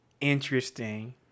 interesting